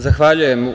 Zahvaljujem.